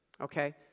Okay